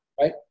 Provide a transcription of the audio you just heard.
right